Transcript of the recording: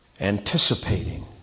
anticipating